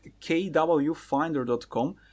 kwfinder.com